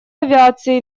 авиации